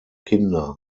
kinder